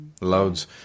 Loads